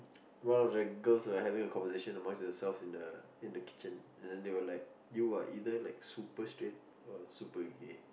one of the girls were having a conversation among themselves in the I think the kitchen having a conversation and then they're like you are either super straight or super gay